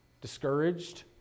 discouraged